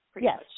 Yes